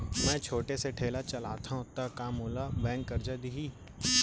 मैं छोटे से ठेला चलाथव त का मोला बैंक करजा दिही?